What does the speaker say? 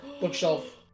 bookshelf